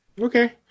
okay